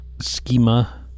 Schema